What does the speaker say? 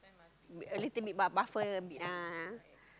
a little bit buffer a bit lah